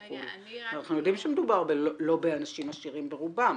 ואנחנו יודעים שמדובר לא באנשים עשירים ברובם.